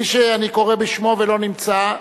מי שאני קורא בשמו ולא נמצא,